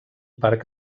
parc